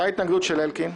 הייתה התנגדות של אלקין.